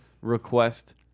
request